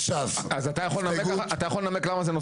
אתה יכול לנמק למה זה נושא חדש?